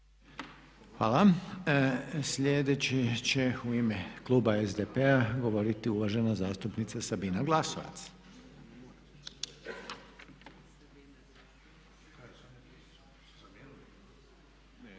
Hvala. Sljedeći će u ime kluba SDP-a govoriti uvažena zastupnica Sabina Glasovac.